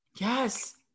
Yes